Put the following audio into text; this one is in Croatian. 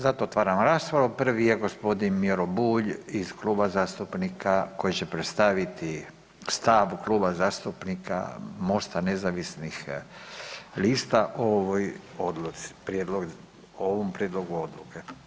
Zato otvaram raspravu, prvi je gospodin Miro Bulj iz kluba zastupnika koji će predstaviti stav Kluba zastupnika MOST-a nezavisnih lista o ovoj odluci, o ovom prijedlogu odluke.